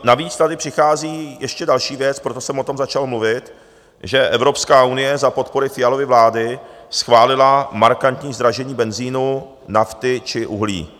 Navíc tady přichází ještě další věc, proto jsem o tom začal mluvit, že Evropská unie za podpory Fialovy vlády schválila markantní zdražení benzinu, nafty či uhlí.